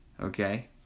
Okay